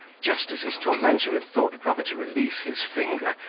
just as his tormentor had thought proper to release his finger,